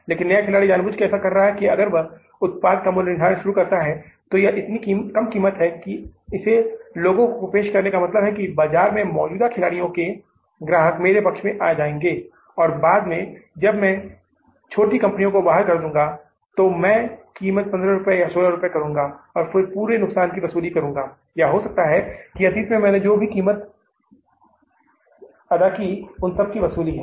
लेकिन नया खिलाड़ी जानबूझकर ऐसा कर रहा है कि अगर मैं उत्पाद का मूल्य निर्धारण शुरू करता हूं तो यह इतनी कम कीमत है और इसे लोगों को पेश करने का मतलब होगा कि बाजार में मौजूदा खिलाड़ी के ग्राहक मेरे पक्ष में आ जायेंगे और बाद में जब मैं बाजार में छोटी कंपनियों को बाहर कर दूँगा तो मैं कीमत 15 रुपये या 16 रुपये करुंगा और फिर पूरे नुकसान की वसूली करुंगा या हो सकता है कि अतीत में मैंने जो भी कीमत की सबक वसूली की है